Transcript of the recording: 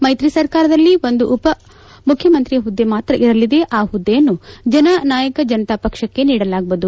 ಮೈತ್ರಿ ಸರ್ಕಾರದಲ್ಲಿ ಒಂದು ಉಪಮುಖ್ಯಮಂತ್ರಿ ಹುದ್ದೆ ಮಾತ್ರ ಇರಲಿದೆ ಆ ಹುದ್ದೆಯನ್ನು ಜನನಾಯಕ ಜನತಾ ಪಕ್ಷಕ್ಕೆ ನೀಡಲಾಗುವುದು